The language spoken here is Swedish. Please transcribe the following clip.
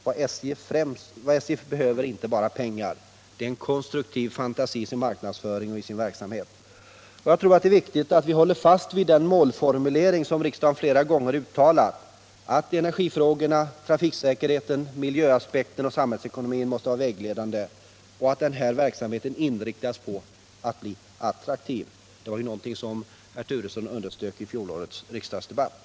Vad SJ behöver är inte bara pengar utan också en konstruktiv fantasi i sin marknadsföring och i sin verksamhet. Jag tror att det är viktigt att vi håller fast vid den målformulering som riksdagen flera gånger uttalat — att energifrågorna, trafiksäkerheten, miljöaspekten och samhällsekonomin måste vara vägledande — och att verksamheten inriktas på att bli attraktiv, någonting som herr Turesson underströk i fjolårets riksdagsdebatt.